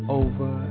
over